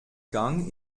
gang